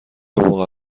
موقع